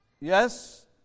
Yes